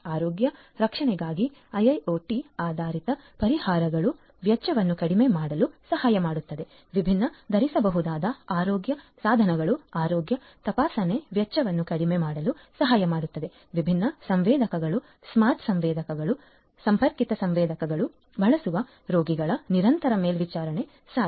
ಆರೋಗ್ಯ ರಕ್ಷಣೆಗಾಗಿ IIoT ಆಧಾರಿತ ಪರಿಹಾರಗಳು ವೆಚ್ಚವನ್ನು ಕಡಿಮೆ ಮಾಡಲು ಸಹಾಯ ಮಾಡುತ್ತದೆ ವಿಭಿನ್ನ ಧರಿಸಬಹುದಾದ ಆರೋಗ್ಯ ಸಾಧನಗಳು ಆರೋಗ್ಯ ತಪಾಸಣೆಯ ವೆಚ್ಚವನ್ನು ಕಡಿಮೆ ಮಾಡಲು ಸಹಾಯ ಮಾಡುತ್ತದೆ ವಿಭಿನ್ನ ಸಂವೇದಕಗಳು ಸ್ಮಾರ್ಟ್ ಸಂವೇದಕಗಳು ಸಂಪರ್ಕಿತ ಸಂವೇದಕಗಳನ್ನು ಬಳಸುವ ರೋಗಿಗಳ ದೂರಸ್ಥ ನಿರಂತರ ಮೇಲ್ವಿಚಾರಣೆ ಸಾಧ್ಯ